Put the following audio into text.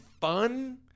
fun